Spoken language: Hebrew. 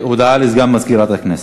הודעה לסגן מזכירת הכנסת.